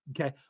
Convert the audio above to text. Okay